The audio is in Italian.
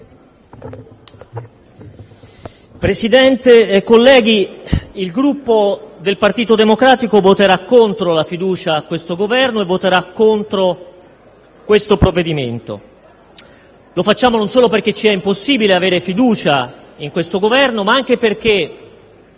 Presidente, colleghi, il Gruppo del Partito Democratico voterà contro la fiducia a questo Governo e voterà contro questo provvedimento. Lo farà non solo perché ci è impossibile avere fiducia in questo Governo, ma anche perché